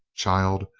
child,